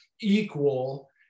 equal